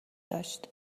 داشت